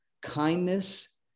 Kindness